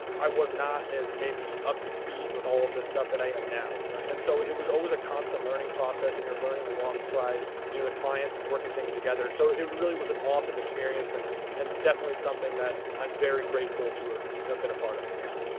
i was not as, maybe, up to speed with all of this stuff that i am now. right. and so it was always a constant learning process, and you're learning alongside you know the clients, and working things together. so it really was an awesome experience and and definitely something that i'm very grateful to have been a part of. yeah,